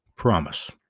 promise